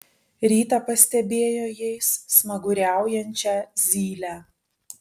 rytą pastebėjo jais smaguriaujančią zylę